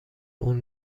اون